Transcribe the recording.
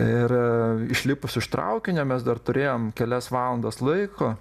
ir išlipus iš traukinio mes dar turėjom kelias valandas laiko